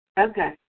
Okay